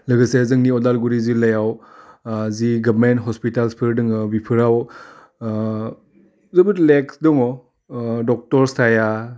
लोगोसे जोंनि अदालगुरि जिल्लायाव जि गभमेन्ट हस्पितालसफोर दङो बिफोराव जोबोद लेकस दङ डक्टरस थाया